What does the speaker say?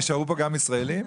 נשארו פה גם ישראלים?